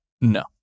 No